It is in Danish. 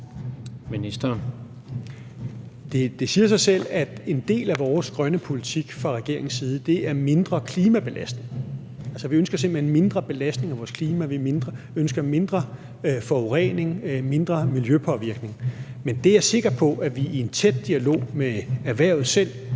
Det siger sig selv, at en del af regeringens grønne politik handler om, at der skal være mindre klimabelastning. Altså, vi ønsker simpelt hen mindre belastning af vores klima, vi ønsker mindre forurening og en mindre miljøpåvirkning. Men det er jeg sikker på at vi i en tæt dialog med erhvervet selv